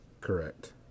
Correct